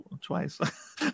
twice